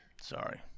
Sorry